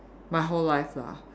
my whole life lah